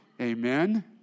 Amen